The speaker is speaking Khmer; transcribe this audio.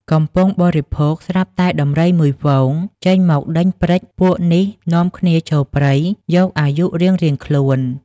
កំពុងបរិភោគ ស្រាប់តែដំរីមួយហ្វូងចេញមកដេញព្រិច ពួកនេះនាំគ្នាចូលព្រៃយកអាយុរៀងៗខ្លួន ។